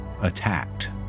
attacked